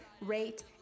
rate